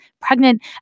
pregnant